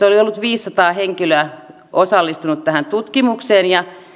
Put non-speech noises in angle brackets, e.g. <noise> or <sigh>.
<unintelligible> oli viisisataa henkilöä osallistunut tähän tutkimukseen ja